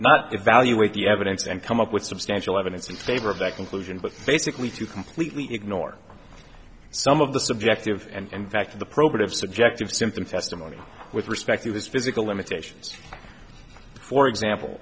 not evaluate the evidence and come up with substantial evidence in favor of that conclusion but basically to completely ignore some of the subjective and back to the probative subjective symptom testimony with respect to his physical limitations for example